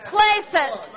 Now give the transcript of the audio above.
Places